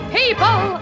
people